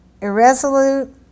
irresolute